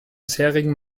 bisherigen